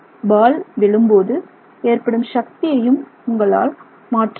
பால் விழும்போது ஏற்படும் சக்தியையும் உங்களால் மாற்ற முடியும்